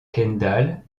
kendall